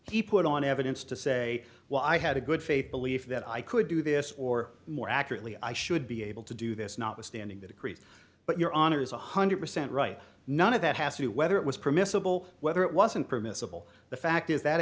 he put on evidence to say well i had a good faith belief that i could do this or more accurately i should be able to do this notwithstanding the decrees but your honor is one hundred percent right none of that has to do whether it was permissible whether it wasn't permissible the fact is that